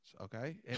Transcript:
Okay